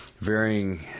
varying